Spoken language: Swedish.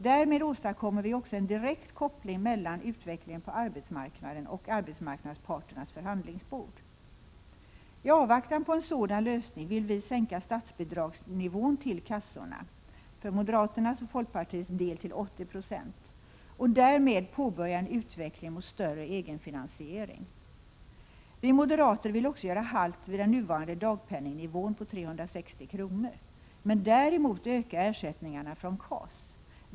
Därmed åstadkommer vi också en direkt koppling mellan utvecklingen på arbetsmarknaden och arbetsmarknadsparternas förhandlingsbord. T avvaktan på en sådan lösning vill vi att nivån för statsbidraget till kassorna sänks — från moderaternas och folkpartiets håll till 80 26 — och därmed påbörja en utveckling mot större egenfinansiering. Vi moderater vill också göra halt vid den nuvarande dagpenningnivån på 360 kr. men däremot öka ersättningarna från KAS.